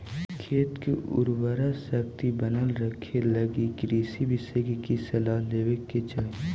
खेत के उर्वराशक्ति बनल रखेलगी कृषि विशेषज्ञ के सलाह लेवे के चाही